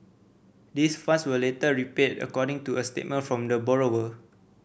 this funds were later repaid according to a statement from the borrower